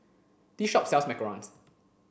this shop sells Macarons